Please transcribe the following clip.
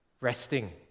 resting